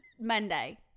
monday